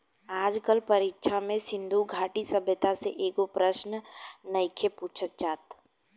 आज कल परीक्षा में सिन्धु घाटी सभ्यता से एको प्रशन नइखे पुछल जात